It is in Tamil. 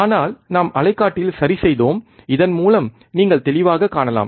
ஆனால் நாம் அலைக்காட்டியில் சரிசெய்தோம் இதன் மூலம் நீங்கள் தெளிவாகக் காணலாம்